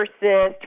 persist